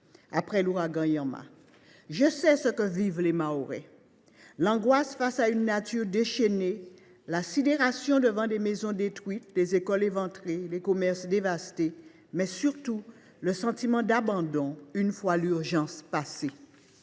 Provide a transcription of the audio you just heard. après l’ouragan Irma. Je sais ce que vivent les Mahorais : l’angoisse face à une nature déchaînée, la sidération devant les maisons détruites, les écoles éventrées et les commerces dévastés, mais surtout le sentiment d’abandon une fois l’urgence passée.